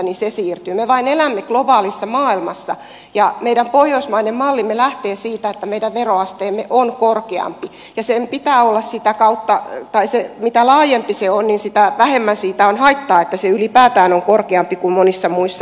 me vain elämme globaalissa maailmassa ja meidän pohjoismainen mallimme lähtee siitä että meidän veroasteemme on korkeampi ja sen pitää olla sitä kautta kai se mitä laajempi se on niin sitä vähemmän siitä on haittaa että se ylipäätään on korkeampi kuin monissa muissa maissa